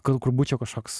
gal kur būčiau kažkoks